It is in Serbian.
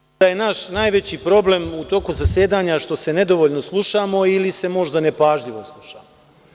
Izgleda da je naš najveći problem u toku zasedanja što se nedovoljno slušamo ili se možda nepažljivo slušamo.